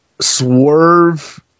swerve